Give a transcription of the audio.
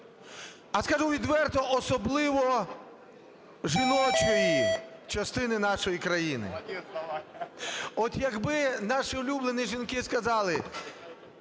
а скажу відверто, особливо жіночої частини нашої країни. От якби наші улюблені жінки сказали: